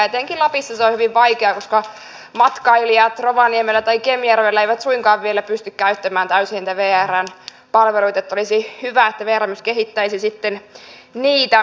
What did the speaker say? etenkin lapissa se on hyvin vaikeaa koska matkailijat rovaniemellä tai kemijärvellä eivät suinkaan vielä pysty käyttämään täysin niitä vrn palveluita joten olisi hyvä että vr myös kehittäisi niitä